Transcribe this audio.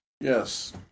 Yes